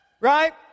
Right